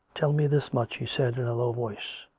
tell me this much, he said in a low voice.